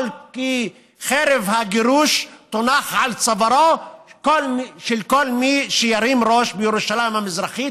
כי חרב הגירוש תונח על צווארו של כל מי שירים ראש בירושלים המזרחית.